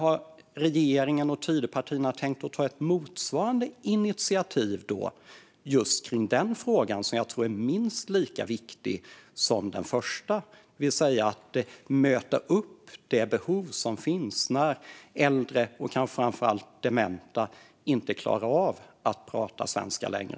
Har regeringen och Tidöpartierna tänkt ta ett motsvarande initiativ kring just den frågan, som jag tror är minst lika viktig som den första, det vill säga att möta upp de behov som finns när äldre och kanske framför allt dementa inte klarar av att prata svenska längre?